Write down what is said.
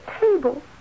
table